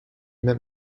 met